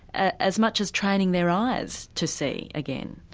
ah as much as training their eyes to see again?